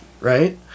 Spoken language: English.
Right